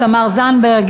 תמר זנדברג,